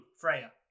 Freya